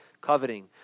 coveting